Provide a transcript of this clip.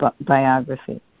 biography